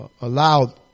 allowed